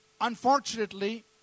Unfortunately